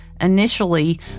Initially